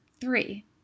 Three